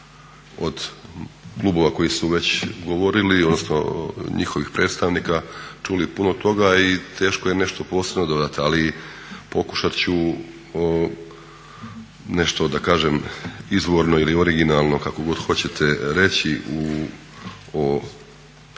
od klubovi koji su već govorili odnosno njihovih predstavnika čuli puno toga i teško je nešto posredovati ali pokušati ću nešto da kažem izvorno ili originalno kako god hoćete reći o Izvješću